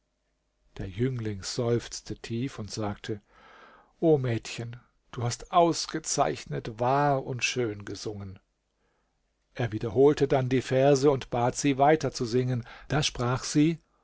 der jüngling seufzte tief und sagte o mädchen du hast ausgezeichnet wahr und schön gesungen er wiederholte dann die verse und bat sie weiter zu singen da sprach sie